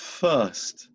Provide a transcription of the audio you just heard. first